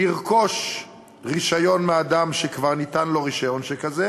לרכוש רישיון מאדם שכבר ניתן לו רישיון שכזה,